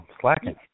slacking